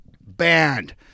Banned